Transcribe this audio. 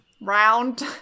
Round